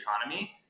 economy